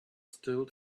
still